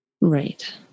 Right